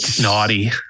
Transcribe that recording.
naughty